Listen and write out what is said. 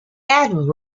add